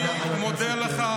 אני מודה לך,